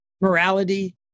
morality